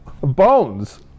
bones